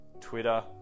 Twitter